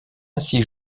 ainsi